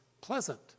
pleasant